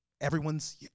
Everyone's –